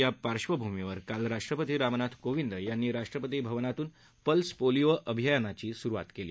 या पार्श्वभूमीवर काल राष्ट्रपती रामनाथ कोविंद यांनी राष्ट्रपती भवनातून पल्स पोलिओ अभियानाची सुरुवात केली